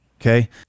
Okay